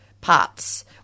parts